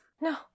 No